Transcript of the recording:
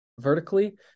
vertically